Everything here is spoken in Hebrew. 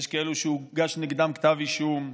יש כאלו שהוגש נגדם כתב אישום.